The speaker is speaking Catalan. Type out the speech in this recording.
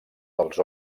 dels